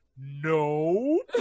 no